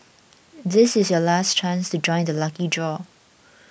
this is your last chance to join the lucky draw